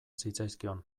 zitzaizkion